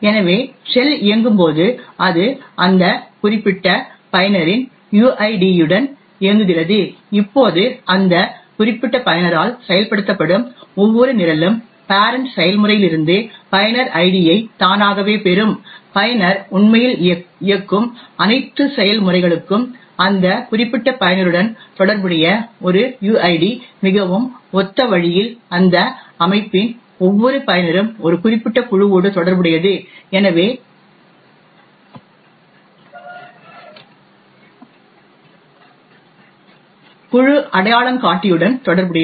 எனவே ஷெல் இயங்கும்போது அது அந்த குறிப்பிட்ட பயனரின் யுஐடியுடன் இயங்குகிறது இப்போது அந்த குறிப்பிட்ட பயனரால் செயல்படுத்தப்படும் ஒவ்வொரு நிரலும் பேரன்ட் செயல்முறையிலிருந்து பயனர் ஐடியை தானாகவே பெறும் பயனர் உண்மையில் இயக்கும் அனைத்து செயல்முறைகளுக்கும் அந்த குறிப்பிட்ட பயனருடன் தொடர்புடைய ஒரு யுஐடி மிகவும் ஒத்த வழியில் அந்த அமைப்பின் ஒவ்வொரு பயனரும் ஒரு குறிப்பிட்ட குழுவோடு தொடர்புடையது எனவே குழு அடையாளங்காட்டியுடன் தொடர்புடையது